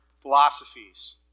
philosophies